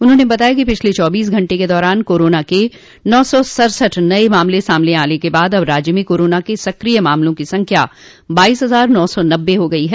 उन्होंने बताया कि पिछले चौबीस घंटों के दौरान कोरोना के नौ सौ सड़सठ नये मामले सामने आने के बाद अब राज्य में कोरोना के सक्रिय मामलों की संख्या बाईस हजार नौ सौ नब्बे हो गई है